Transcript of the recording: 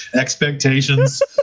expectations